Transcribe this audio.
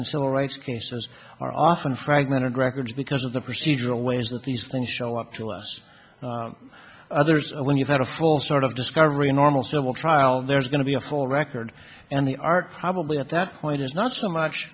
and civil rights cases are often fragmented records because of the procedural ways that these things show up to us others and when you've had a full sort of discovery a normal civil trial there's going to be a full record and the art probably at that point is not so much